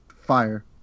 fire